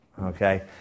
Okay